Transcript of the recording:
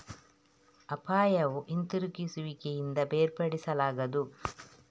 ಅಪಾಯವು ಹಿಂತಿರುಗುವಿಕೆಯಿಂದ ಬೇರ್ಪಡಿಸಲಾಗದು